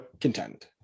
contend